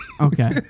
Okay